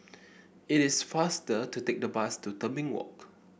it is faster to take the bus to Tebing Walk